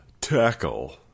Tackle